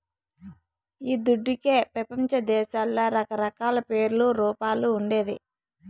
ఈ దుడ్డుకే పెపంచదేశాల్ల రకరకాల పేర్లు, రూపాలు ఉండేది